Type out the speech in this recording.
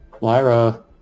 Lyra